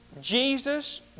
Jesus